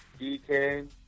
DK